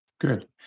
Good